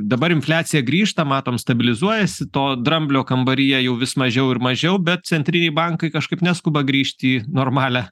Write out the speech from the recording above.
dabar infliacija grįžta matom stabilizuojasi to dramblio kambaryje jau vis mažiau ir mažiau bet centriniai bankai kažkaip neskuba grįžti į normalią